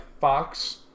Fox